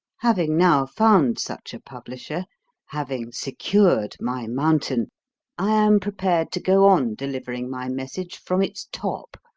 having now found such a publisher having secured my mountain i am prepared to go on delivering my message from its top,